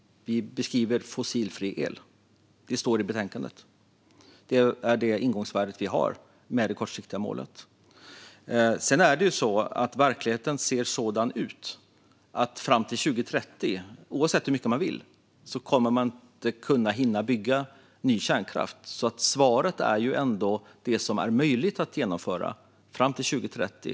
Vi skriver "fossilfri el". Det står i betänkandet. Det är det ingångsvärde vi har med det kortsiktiga målet. Sedan ser verkligheten sådan ut att fram till 2030 kommer man, oavsett hur mycket man vill, inte att hinna bygga ny kärnkraft. Svaret är det som är möjligt att genomföra fram till 2030.